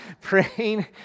Praying